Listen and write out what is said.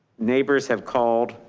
neighbors have called